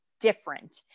different